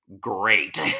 great